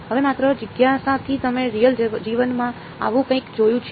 હવે માત્ર જિજ્ઞાસાથી તમે રિયલ જીવનમાં આવું કંઈક જોયું છે